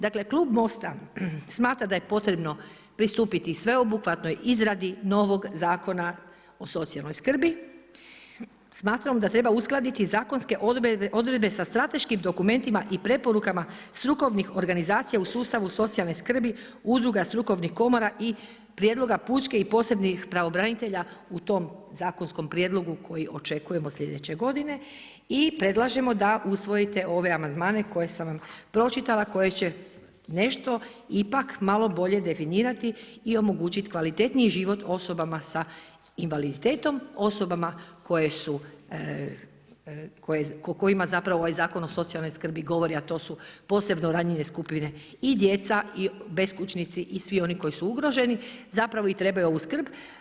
Dakle klub Most-a smatra da je potrebno pristupiti sveobuhvatnoj izradi novog Zakona o socijalnoj skrbi, smatramo da treba uskladiti zakonske odredbe sa strateškim dokumentima i preporukama strukovnih organizacija u sustavu socijalne skrbi, udruga strukovnih komora i prijedloga pučke i posebnih pravobranitelja u tom zakonskom prijedlogu koji očekujemo sljedeće godine i predlažemo da usvojite ove amandmane koje sam vam pročitala koji će nešto ipak malo bolje definirati i omogućiti kvalitetniji život osobama sa invaliditetom, osobama kojima zapravo ovaj Zakona o socijalnoj skrbi govori, a to su posebno ranjive skupine i djeca i beskućnici i svi oni koji su ugroženi, zapravo trebaju ovu skrb.